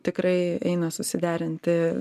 tikrai eina susiderinti